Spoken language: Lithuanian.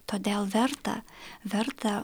todėl verta verta